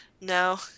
No